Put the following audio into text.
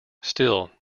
still